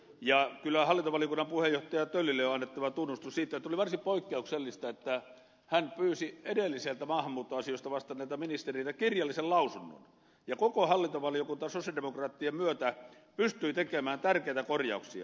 ja kyllä hallintovaliokunnan puheenjohtaja töllille on annettava tunnustus siitä että oli varsin poikkeuksellista että hän pyysi edelliseltä maahanmuuttoasioista vastanneelta ministeriltä kirjallisen lausunnon ja koko hallintovaliokunta sosialidemokraattien myötä pystyi tekemään tärkeitä korjauksia